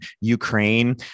Ukraine